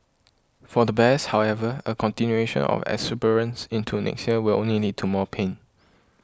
for the bears however a continuation of the exuberance into next year will only lead to more pain